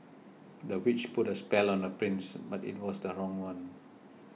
the witch put a spell on the prince but it was the wrong one